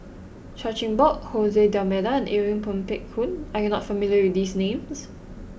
Chan Chin Bock Jose D'almeida Irene Ng Phek Hoong are you not familiar with these names